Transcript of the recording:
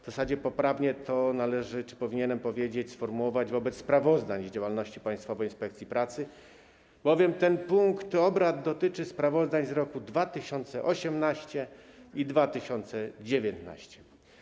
W zasadzie poprawnie powinienem powiedzieć, sformułować, wobec sprawozdań z działalności Państwowej Inspekcji Pracy, bowiem ten punkt obrad dotyczy sprawozdań z lat 2018 i 2019.